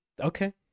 Okay